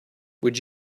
would